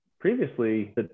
previously